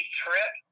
trip